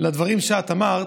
לדברים שאת אמרת.